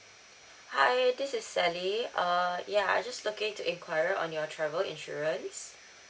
hi this is sally err ya I just looking to inquire on your travel insurance